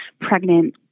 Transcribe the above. pregnant